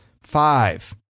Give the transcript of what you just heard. Five